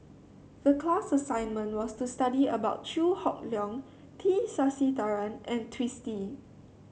the class assignment was to study about Chew Hock Leong T Sasitharan and Twisstii